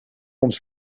ons